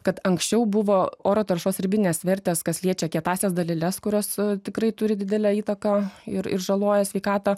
kad anksčiau buvo oro taršos ribinės vertės kas liečia kietąsias daleles kurios tikrai turi didelę įtaką ir ir žaloja sveikatą